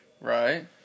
Right